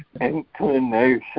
inclination